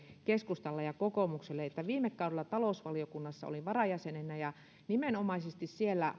keskustalle ja kokoomukselle että viime kaudella talousvaliokunnassa olin varajäsenenä ja nimenomaisesti siellä